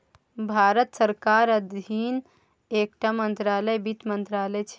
भारत सरकारक अधीन एकटा मंत्रालय बित्त मंत्रालय छै